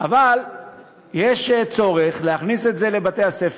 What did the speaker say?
אבל יש צורך להכניס את זה לבתי-הספר.